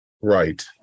right